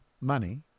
money